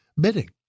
bidding